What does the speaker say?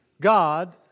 God